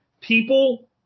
people